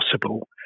possible